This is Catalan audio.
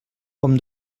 com